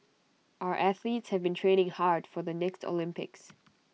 our athletes have been training hard for the next Olympics